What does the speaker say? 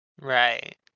right